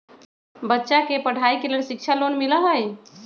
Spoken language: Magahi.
बच्चा के पढ़ाई के लेर शिक्षा लोन मिलहई?